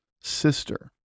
sister